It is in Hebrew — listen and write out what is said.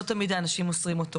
לא תמיד האנשים מוסרים אותם.